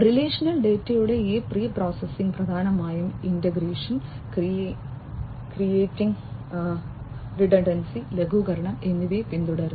relational ഡാറ്റയുടെ ഈ preprocessing പ്രധാനമായും ഇന്റഗ്രേഷൻ ക്ലിയറിംഗ് റിഡൻഡൻസി ലഘൂകരണം എന്നിവയെ പിന്തുടരുന്നു